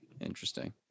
Interesting